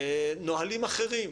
נהלים אחרים,